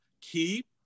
Keep